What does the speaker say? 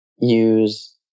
use